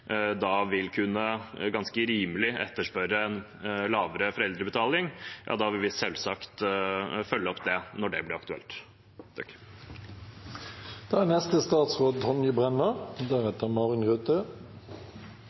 vil kunne, ganske rimelig, etterspørre en lavere foreldrebetaling, vil vi selvsagt følge opp det når det blir aktuelt.